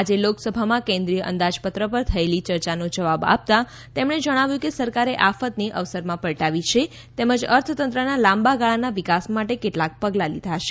આજે લોકસભામાં કેન્દ્રિય અંદાજપત્ર પર થયેલી ચર્યાનો જવાબ આપતા તેમણે જણાવ્યું કે સરકારે આફતને અવસરમાં પલટાવી છે તેમજ અર્થતંત્રના લાંબા ગાળાના વિકાસ માટે કેટલાક પગલા લીધા છે